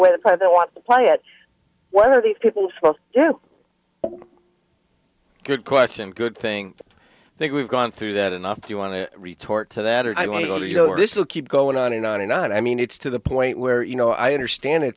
way the president wants to play it whether these people still do good question good thing i think we've gone through that enough do you want to retort to that or doing or you know this will keep going on and on and on i mean it's to the point where you know i understand it